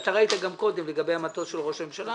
אתה ראית גם קודם לגבי המטוס של ראש הממשלה,